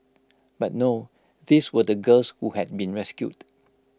but no these were the girls who had been rescued